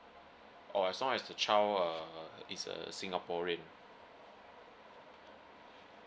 oh as long as the child uh is a singaporean